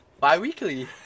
Bi-weekly